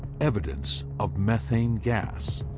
evidence of methane gas.